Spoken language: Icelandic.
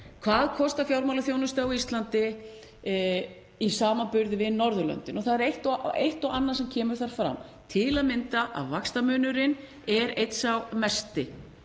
hvað fjármálaþjónustu kostar á Íslandi í samanburði við Norðurlöndin. Það er eitt og annað sem kemur þar fram, til að mynda að vaxtamunurinn er einn sá mesti.